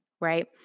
Right